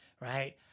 right